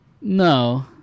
No